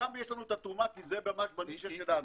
שם יש לנו את התרומה, כי זה ממש בנישה שלנו.